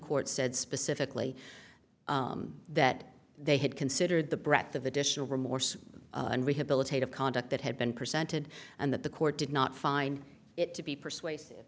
court said specifically that they had considered the breadth of additional remorse and rehabilitative conduct that had been presented and that the court did not find it to be persuasive